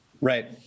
Right